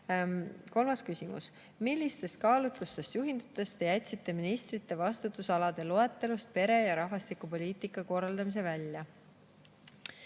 eurot. Kolmas küsimus: "Millistest kaalutlustest juhindudes te jätsite ministrite vastutusalade loetelust pere‑ ja rahvastikupoliitika korraldamise välja?"